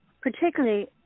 particularly